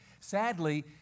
Sadly